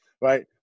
right